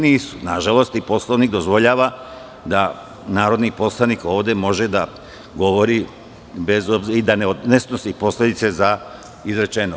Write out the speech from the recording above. Nažalost, i Poslovnik dozvoljava da narodni poslanik ovde može da govori i da ne snosi posledice za izrečeno.